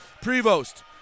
Prevost